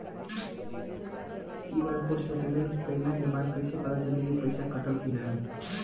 QR code से payment कईला के बाद कईसे पता चली की पैसा कटल की ना?